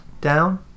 down